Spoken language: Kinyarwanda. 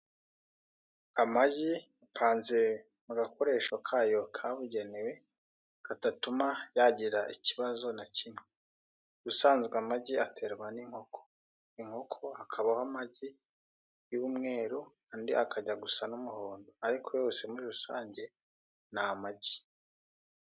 Amagi apanze mu gakoresho kayo kabugenewe katatuma yagira ikibazo na kimwe, ubusanzwe amagi aterwa n'inkoko, inkoko hakabaho amagi y'umweru andi akajya gusa n'umuhondo ariko yose muri rusange ni amagi.